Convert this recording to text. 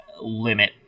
limit